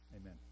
amen